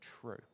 true